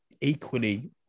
equally